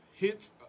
hits